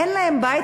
אין להם בית,